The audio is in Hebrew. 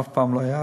אף פעם לא היה